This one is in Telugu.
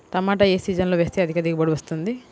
టమాటా ఏ సీజన్లో వేస్తే అధిక దిగుబడి వస్తుంది?